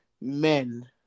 men